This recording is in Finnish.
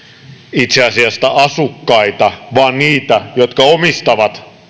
itse asiassa asukkaita vaan niitä jotka omistavat